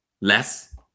less